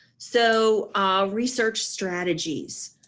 so research strategies.